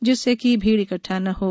जिससे कि भीड़ इकटठा ना हों